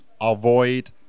avoid